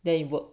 then you work